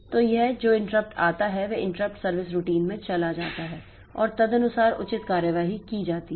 तो यह जो इंटरप्ट आता है वह इंटरप्ट सर्विस रूटीन में चला जाता है और तदनुसार उचित कार्यवाही की जाती है